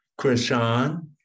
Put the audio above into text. Krishan